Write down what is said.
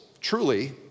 truly